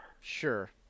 Sure